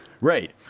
Right